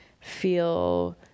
feel